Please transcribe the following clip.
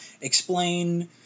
explain